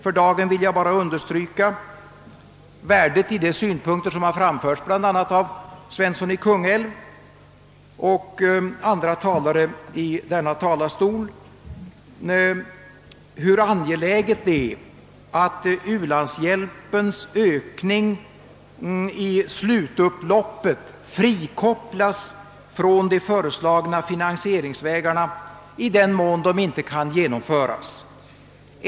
För dagen vill jag bara understryka vad som sagts av herr Svensson i Kungälv och andra talare i denna debatt om hur angeläget det är att frågan om en ökning av u-landshjälpen i slutupploppet frikopplas från de föreslagna finansieringsvägarna, i den mån dessa inte kan genomföras.